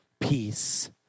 peace